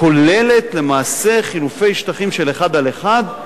הכוללת למעשה חילופי שטחים של 1 על 1,